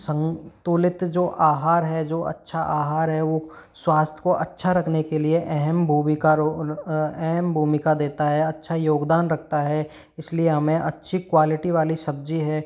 संतुलित जो आहार है जो अच्छा आहार है वो स्वास्थ्य को अच्छा रखने के लिए अहम भूमिका अहम भूमिका देता है अच्छा योगदान रखता है इसलिए हमें अच्छी क्वालिटी वाली सब्जी है